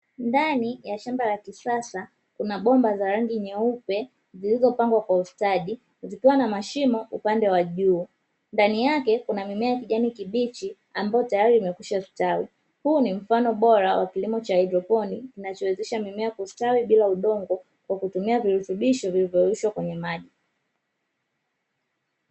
Ndani ya shamba la kisasa kuna bomba za rangi nyeupe zilizopangwa kwa ustadi, zikiwa na mashimo upande wa juu ndani yake kuna mimea ya kijani kibichi ambayo tayari imekwisha stawi, huu ni mfano bora wa kilimo cha haidroponiki kinachowezesha mimea kustawi bila udongo wa kutumia virutubisho vilivyorushwa kwenye maji.